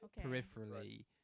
peripherally